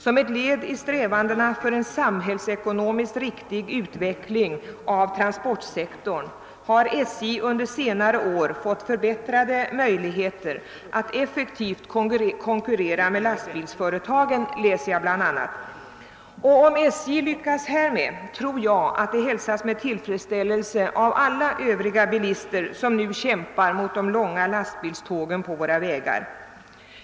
Som ett led i strävandena för en samhällsekonomiskt riktig utveckling av transportsektorn har SJ under senare år fått förbättrade möjligheter att effektivt konkurrera med lastbilsföretagen, läser jag bl.a. Om SJ lyckas härmed, tror jag att det hälsas med tillfredsställelse av alla övriga bilister, som nu kämpar med de långa lastbilstågen på våra vägar.